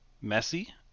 messy